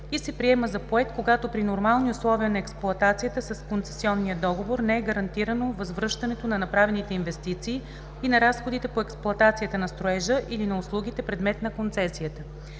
и се приема за поет, когато при нормални условия на експлоатация с концесионния договор не е гарантирано възвръщането на направените инвестиции и на разходите по експлоатацията на строежа или на услугите – предмет на концесията.